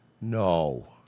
No